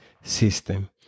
system